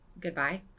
goodbye